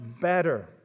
better